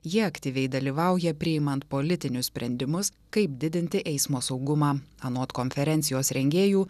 jie aktyviai dalyvauja priimant politinius sprendimus kaip didinti eismo saugumą anot konferencijos rengėjų